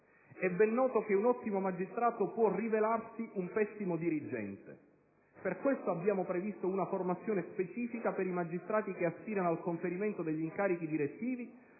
È ben noto che un ottimo magistrato può rivelarsi un pessimo dirigente. Per questo abbiamo previsto una formazione specifica per i magistrati che aspirano al conferimento degli incarichi direttivi,